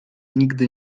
nigdy